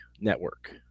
Network